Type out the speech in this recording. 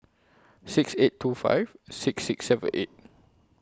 six eight two five six six seven eight